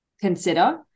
consider